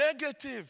negative